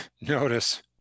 notice